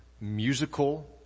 musical